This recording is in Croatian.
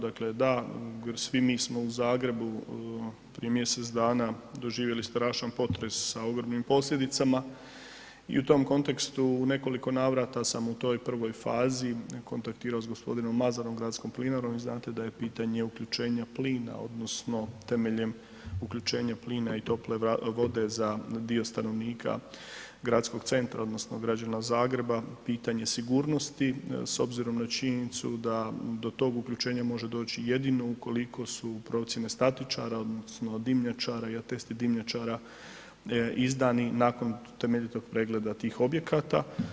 Dakle, da, svi mi smo u Zagrebu prije mjesec dana doživjeli strašan potres sa ogromnim posljedicama i u tom kontekstu u nekoliko navrata sam u toj prvoj fazi kontaktirao s g. Mazalom i Gradskom Plinarom i znate da je pitanje uključenja plina odnosno temeljem uključenja plina i tople vode za dio stanovnika gradskog centra odnosno građana Zagreba pitanje sigurnosti s obzirom na činjenicu da do tog uključenja može doći jedino ukoliko su procijene statičara odnosno dimnjačara i atesti dimnjačara izdani nakon temeljitog pregleda tih objekata.